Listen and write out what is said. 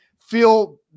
feel